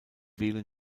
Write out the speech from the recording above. wählen